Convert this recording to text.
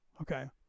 Okay